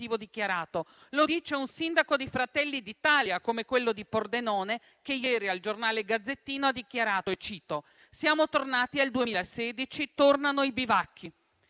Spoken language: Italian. Lo dice un sindaco di Fratelli d'Italia, come quello di Pordenone, che ieri al giornale «Il Gazzettino» ha dichiarato che siamo tornati al 2016, tornano i bivacchi,